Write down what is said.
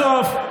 בסוף,